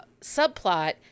subplot